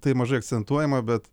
tai mažai akcentuojama bet